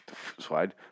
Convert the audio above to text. Slide